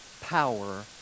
power